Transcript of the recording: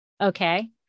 Okay